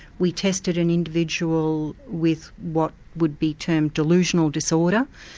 we tested an individual with what would be termed delusional disorder,